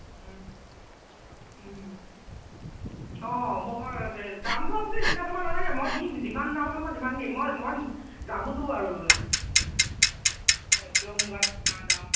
অঁ মই দা দামটো আপুনি চিন্তা কৰিব নালাগে মই দিম যিমান দাম হয় মই সিমান দিম মই মই জানোতো আৰু পিঅ'ৰ মুগাত কিমান দাম